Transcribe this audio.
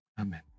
Amen